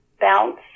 Bounce